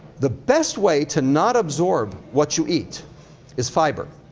the best way to not absorb what you eat is fiber.